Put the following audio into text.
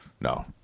No